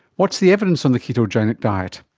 what's the evidence on the ketogenic diet?